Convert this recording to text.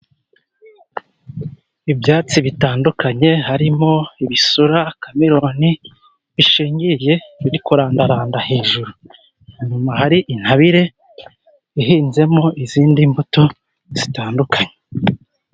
Ibyatsi bitandukanye harimo ibisura, kameroni bishingiriye biri kurandaranda hejuru, hari intabire ihinzemo izindi mbuto zitandukanye.